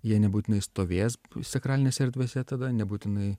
jie nebūtinai stovės sakralinėse erdvėse tada nebūtinai